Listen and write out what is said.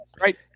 right